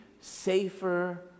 safer